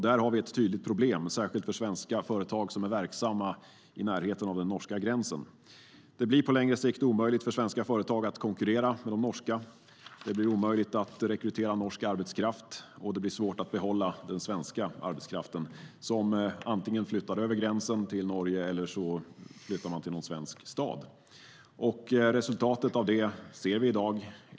Där har vi ett tydligt problem, särskilt för svenska företag som är verksamma i närheten av den norska gränsen. Det blir på längre sikt omöjligt för svenska företag att konkurrera med de norska. Det blir omöjligt att rekrytera norsk arbetskraft, och det blir svårt att behålla den svenska arbetskraften, som antingen flyttar över gränsen till Norge eller flyttar till någon svensk stad. Resultatet av detta ser vi i dag.